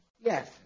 Yes